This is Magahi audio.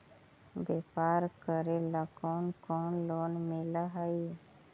व्यापार करेला कौन कौन लोन मिल हइ?